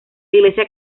iglesia